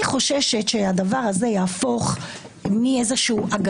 אני חוששת שהדבר הזה יהפוך מהגנה,